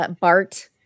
Bart